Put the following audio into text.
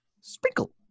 Sprinkle